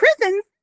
Prisons